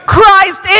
Christ